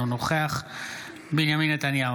אינו נוכח בנימין נתניהו,